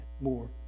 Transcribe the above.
more